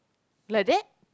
like that